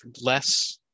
less